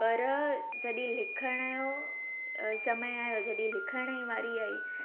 पर जॾहिं लिखण जो समय आहियो जॾहिं लिखण जी बारी आई